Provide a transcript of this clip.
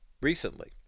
recently